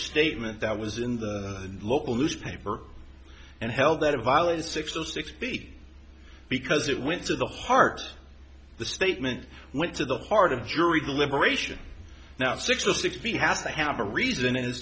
statement that was in the local newspaper and held that it violated six or six speak because it went to the heart of the statement went to the heart of jury deliberation now six or six feet has to have a reason and it's